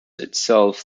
itself